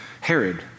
Herod